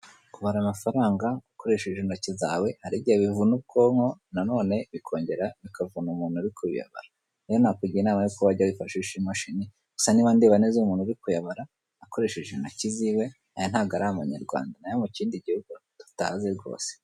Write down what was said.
Kubara amafaranga ukoresheje intoki zawe hari igihe bivuna ubwonko na none bikongera bikavuna umuntu uri kuyabara, wowe nakugira inama yuko wajya wifashisha imashini, gusa niba ndeba neza umuntu uri kuyabara akoresheje intoki ziwe aya ntabwo ari amanyarwanda, ni ayo mu kindi gihugu tutazi rwose.